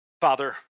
Father